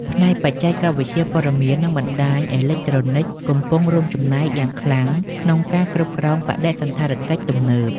ផ្នែកបច្ចេកវិទ្យាព័ត៌មាន និងបណ្ដាញអេឡិចត្រូនិចកំពុងរួមចំណែកយ៉ាងខ្លាំងក្នុងការគ្រប់គ្រងបដិសណ្ឋារកិច្ចទំនើប។